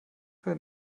für